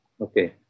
Okay